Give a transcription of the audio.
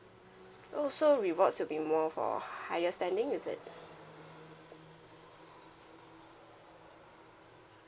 oh so rewards will be more for higher spending is it